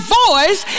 voice